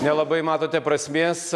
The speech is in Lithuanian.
nelabai matote prasmės